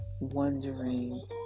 wondering